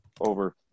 over